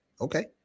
okay